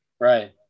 Right